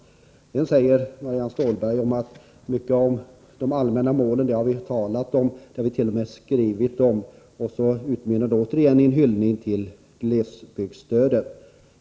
Sedan säger Marianne Stålberg att vi redan talat om mycket av de allmänna målen. Vi har t.o.m. skrivit om den saken, säger hon. Återigen utmynnar hennes tal i en hyllning till glesbygdsstödet.